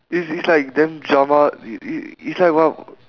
is is like damn drama i~ i~ is like what